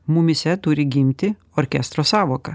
mumyse turi gimti orkestro sąvoka